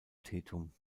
tetum